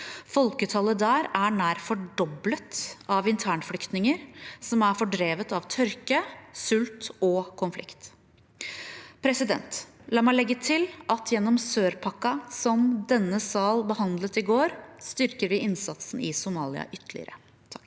Folketallet der er nær fordoblet av internflyktninger som er fordrevet av tørke, sult og konflikt. La meg legge til at gjennom sør-pakken, som denne sal behandlet i går, styrker vi innsatsen i Somalia ytterligere.